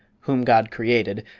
whom god created,